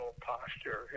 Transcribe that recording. posture